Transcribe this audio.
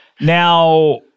now